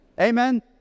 Amen